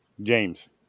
James